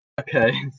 Okay